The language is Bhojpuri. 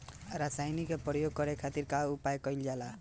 रसायनिक के प्रयोग करे खातिर का उपयोग कईल जाला?